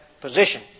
position